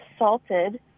assaulted